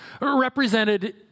Represented